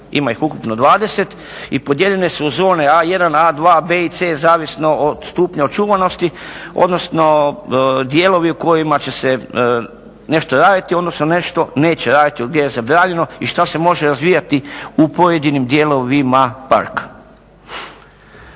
Ima ih ukupno 20 i podijeljeni su u zone A1, A2, B i C zavisno od stupnja očuvanosti, odnosno dijelovima kojima će se nešto raditi, odnosno nešto neće raditi i što se može razvijati u pojedinim dijelovima parka.